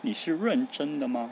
你是认真的吗